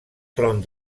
tron